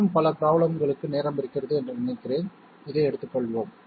இன்னும் பல ப்ரோப்லேம்களுக்கு நேரம் இருக்கிறது என்று நினைக்கிறேன் இதை எடுத்துக்கொள்வோம்